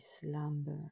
slumber